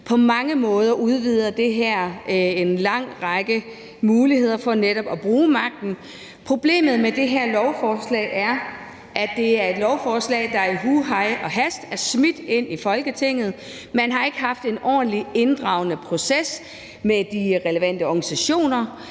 På mange måder udvider det her en lang række muligheder for netop at bruge magt. Problemet med det her lovforslag er, at det er et lovforslag, der i hu, hej og hast er smidt ind i Folketinget. Man har ikke haft en ordentlig inddragende proces med de relevante organisationer